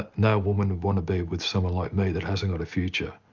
no women would wanna be with someone like me that hasn't got a future.